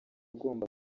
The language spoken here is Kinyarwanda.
agomba